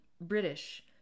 British